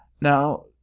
Now